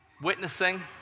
witnessing